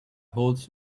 holds